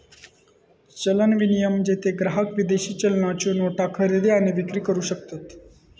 चलन विनिमय, जेथे ग्राहक विदेशी चलनाच्यो नोटा खरेदी आणि विक्री करू शकतत